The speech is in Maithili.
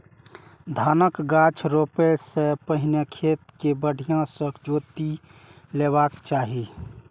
धानक गाछ रोपै सं पहिने खेत कें बढ़िया सं जोति लेबाक चाही